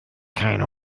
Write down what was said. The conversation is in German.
kein